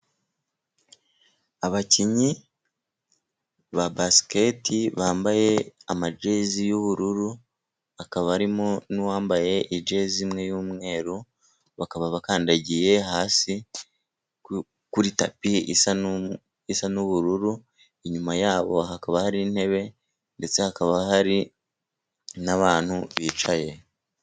Abakinnyi basiketi bambaye amajezi y'ubururu hakaba arimo n'uwambaye ijezi imwe y'umweru, bakaba bakandagiye hasi kuri tapi isa n'ubururu, inyuma yabo hakaba hari intebe ndetse hakaba hari n'abantu bicaye.